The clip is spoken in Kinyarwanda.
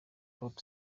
pop